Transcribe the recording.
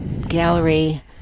gallery